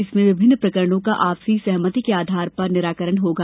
इसमें विभिन्न प्रकरणों का आपसी सहमति के आधार पर निराकरण होगा